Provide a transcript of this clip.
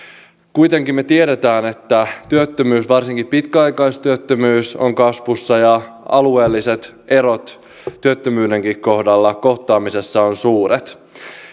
kuitenkin me tiedämme että työttömyys varsinkin pitkäaikaistyöttömyys on kasvussa ja alueelliset erot työttömyydenkin kohdalla kohtaamisessa ovat suuret